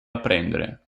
apprendere